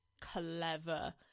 clever